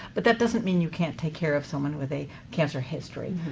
but that doesn't mean you can't take care of someone with a cancer history.